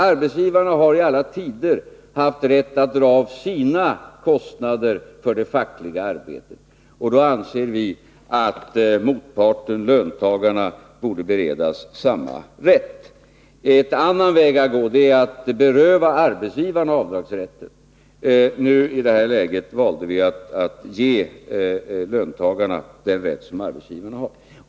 Arbetsgivarna har i alla tider haft rätt att dra av sina kostnader för det fackliga arbetet, och då anser vi att motparten, löntagarna, borde beredas samma rätt. En annan väg att gå är att beröva arbetsgivarna avdragsrätten. I det här läget valde vi att ge löntagarna den rätt , som arbetsgivarna har.